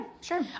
sure